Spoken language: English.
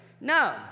No